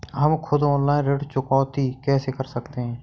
हम खुद ऑनलाइन ऋण चुकौती कैसे कर सकते हैं?